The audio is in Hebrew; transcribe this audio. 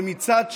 ומצד שני,